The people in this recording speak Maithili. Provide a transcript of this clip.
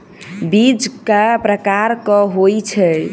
बीज केँ प्रकार कऽ होइ छै?